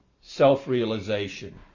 self-realization